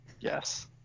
yes